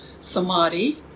samadhi